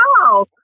Wow